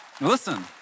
Listen